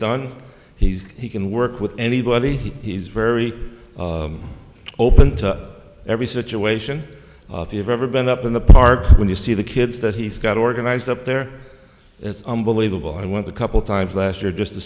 done he's he can work with anybody he's very open to every situation if you've ever been up in the park when you see the kids that he's got organized up there it's unbelievable i want the couple times last year just to